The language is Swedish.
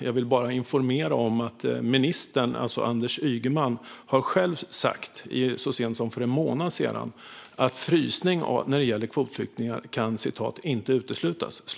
Jag vill bara informera om att ministern, alltså Anders Ygeman, själv så sent som för en månad sedan har sagt att frysning gällande kvotflyktingar inte kan uteslutas.